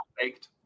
baked